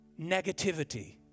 negativity